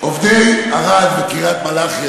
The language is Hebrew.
עובדי ערד וקריית-מלאכי,